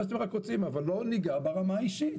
מה שאתם רק רוצים אבל לא ניגע ברמה האישית